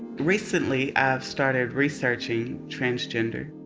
recently, i've started researching transgender.